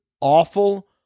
awful